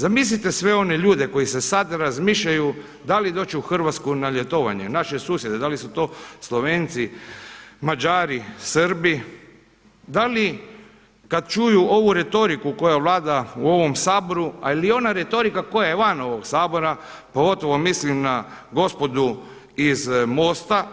Zamislite sve one ljude koji se sada razmišljaju da li doći u Hrvatsku na ljetovanje, naše susjede, da li su to Slovenci, Mađari, Srbi, da li kada čuju ovu retoriku koja vlada u ovom Saboru a ili ona retorika koja je van ovoga Sabora, pogotovo mislim na gospodu iz MOST-a